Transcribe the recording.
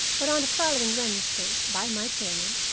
but on the following wednesday, by my journal,